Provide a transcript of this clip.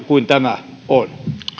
kuin tämä on